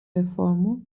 reformu